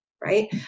right